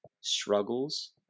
struggles